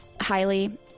highly